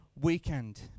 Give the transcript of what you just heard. weekend